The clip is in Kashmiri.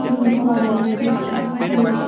یِمَن پَہاڑَن مَنٛز یِم خۄشوٕنہِ